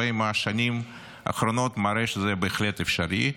40 השנים האחרונות מראה שזה בהחלט אפשרי.